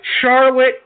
Charlotte